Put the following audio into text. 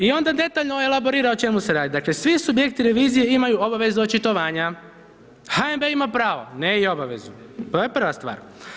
I onda detaljno elaborira o čemu se radi, dakle svi subjekti revizije imaju obavezu očitovanja, HNB ima pravo, ne i obavezu, to je prva stvar.